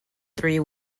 three